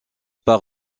par